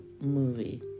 movie